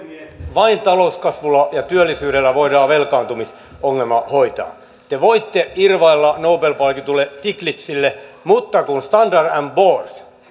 vain talouskasvulla ja työllisyydellä voidaan velkaantumisongelma hoitaa te voitte irvailla nobel palkitulle stiglizille mutta kun standard poors